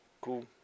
Cool